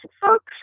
folks